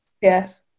yes